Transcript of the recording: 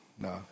No